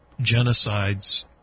genocides